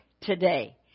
today